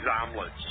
omelets